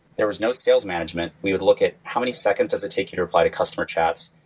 there was no sales management. we would look at how many seconds does it take you to reply to customer chats.